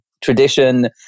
tradition